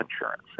insurance